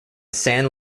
san